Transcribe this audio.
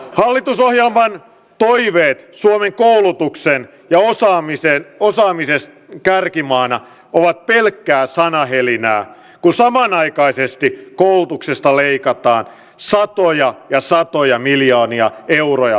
hallitusohjelman toiveet suomesta koulutuksen ja osaamisen kärkimaana ovat pelkkää sanahelinää kun samanaikaisesti koulutuksesta leikataan satoja ja satoja miljoonia euroa vuositasolla